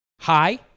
hi